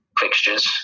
fixtures